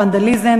ונדליזם,